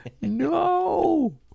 no